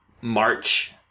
March